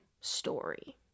story